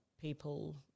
people